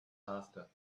after